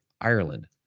Ireland